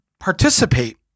participate